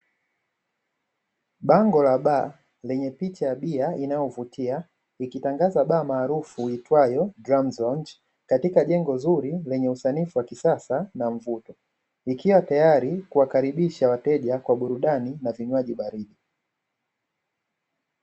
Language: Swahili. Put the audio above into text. Bango la baa lenye picha ya bia inayovutia ikitangaza baa maarufu iitwayo "Dramzone" katika jengo zuri lenye usanifu wa kisasa na mvuto. Likiwa tayari kuwakaribisha wateja kwa burudani na vinywaji baridi.